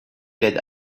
l’aide